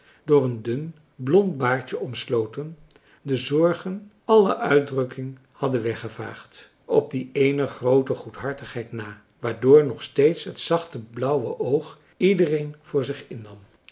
door een dun blond baardje omsloten de zorgen alle uitdrukking hadden weggevaagd op die eener groote goedhartigheid na waardoor nog steeds het zacht blauwe oog iedereen voor zich innam